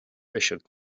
briseadh